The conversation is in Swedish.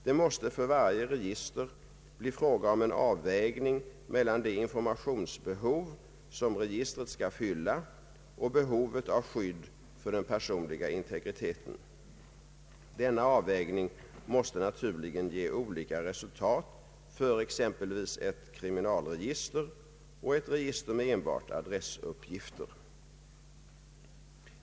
Det måste för varje register bli fråga om en avvägning mellan det informationsbehov som registret skall fylla och behovet av skydd för den personliga integriteten. Denna avvägning måste naturligen ge olika resultat för exempelvis ett kriminalregister och ett register med enbart adressuppgifter.